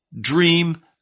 dream